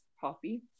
coffee